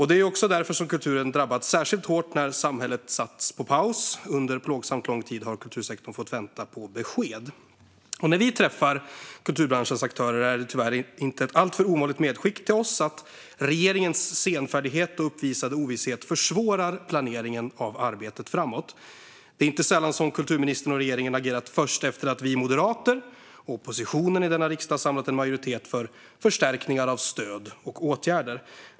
Det är också därför som kulturen drabbats särskilt hårt när samhället satts på paus. Under en plågsamt lång tid har kultursektorn fått vänta på besked. När vi träffar kulturbranschens aktörer är det tyvärr inte ett alltför ovanligt medskick till oss att regeringens senfärdighet och uppvisade ovisshet försvårar planeringen av arbetet framåt. Det är inte sällan som kulturministern och regeringen har agerat först efter att vi moderater och oppositionen i denna riksdag samlat en majoritet för förstärkningar av stöd och åtgärder.